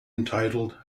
entitled